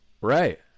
Right